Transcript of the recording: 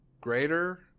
greater